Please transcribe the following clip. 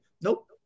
Nope